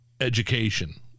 education